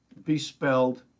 bespelled